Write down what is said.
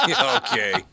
Okay